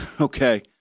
Okay